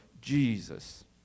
Jesus